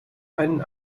einen